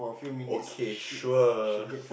okay sure